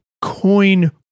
coin